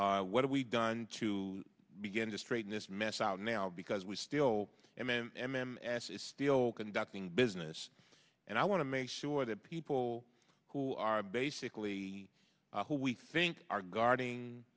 what are we done to begin to straighten this mess out now because we still m m m m ass is still conducting business and i want to make sure that people who are basically who we think are guarding